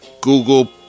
Google